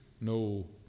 no